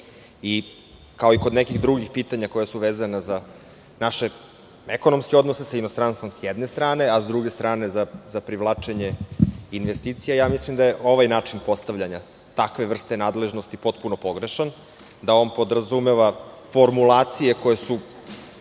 i kod nekih drugih pitanja koja su vezana za naše ekonomske odnose s inostranstvom, s jedne strane, a s druge strane za privlačenje investicija, mislim da je ovaj način postavljanja takve vrste nadležnosti potpuno pogrešan, da podrazumeva formulacije koje su